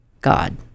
God